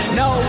no